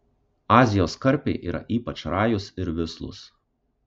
azijos karpiai yra ypač rajūs ir vislūs